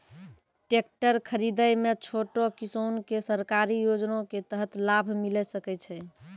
Tractor खरीदै मे छोटो किसान के सरकारी योजना के तहत लाभ मिलै सकै छै?